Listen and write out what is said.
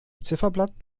ziffernblatt